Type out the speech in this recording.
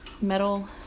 metal